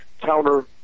counter